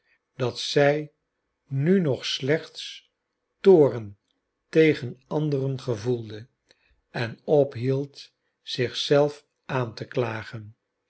dat zij nu nog slechts toorn tegen anderen gevoelde en ophield zich zelf aan te klagen